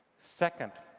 second,